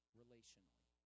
relationally